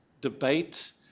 debate